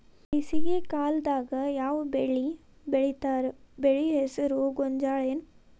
ಬೇಸಿಗೆ ಕಾಲದಾಗ ಯಾವ್ ಬೆಳಿ ಬೆಳಿತಾರ, ಬೆಳಿ ಹೆಸರು ಗೋಂಜಾಳ ಏನ್?